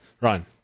Ryan